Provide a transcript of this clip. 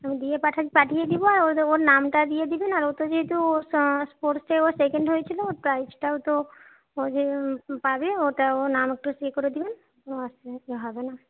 আমি দিয়ে পাঠাই পাঠিয়ে দিব আর ওর ওর নামটা দিয়ে দেবেন আর ও তো যেহেতু স্পোর্টসে ও সেকেন্ড হয়েছিল ওর প্রাইজটাও তো ও যে পাবে ওটা ওর নামটা একটু এ করে দিবেন হবে না